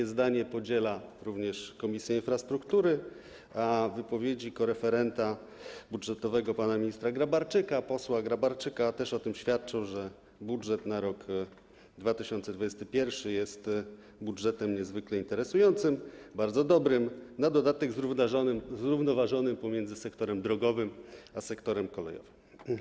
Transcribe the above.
To zdanie podziela również Komisja Infrastruktury, a wypowiedzi koreferenta budżetowego pana ministra Grabarczyka, posła Grabarczyka, też o tym świadczą, że budżet na rok 2021 jest budżetem niezwykle interesującym, bardzo dobrym, na dodatek zrównoważonym pomiędzy sektorem drogowym a sektorem kolejowym.